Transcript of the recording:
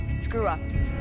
screw-ups